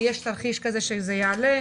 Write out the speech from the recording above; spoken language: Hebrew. ויש תרחיש כזה שזה יעלה,